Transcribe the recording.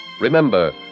Remember